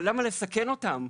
אבל למה לסכן אותם,